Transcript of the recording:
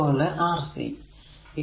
അതുപോലെ ഈ Rc